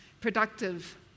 productive